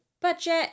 budget